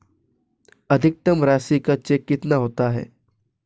अधिकतम राशि का चेक कितना होता है?